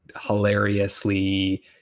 hilariously